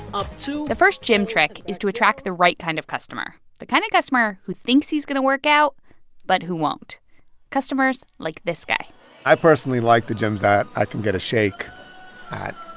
up two. the first gym trick is to attract the right kind of customer, the kind of customer who thinks he's going to work out but who won't customers like this guy i personally like the gyms that i can get a shake at.